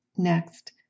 next